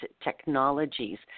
technologies